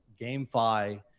GameFi